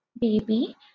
baby